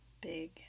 big